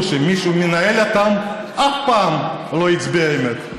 שמי שמנהל אותם אף פעם לא הצביע "אמת".